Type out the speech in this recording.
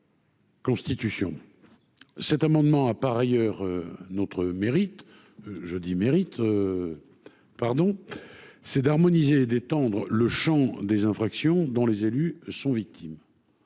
Constitution cet amendement a par ailleurs notre mérite je dis mérite pardon c'est d'harmoniser et d'étendre le Champ des infractions dont les élus sont victimes.